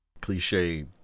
cliche